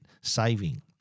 saving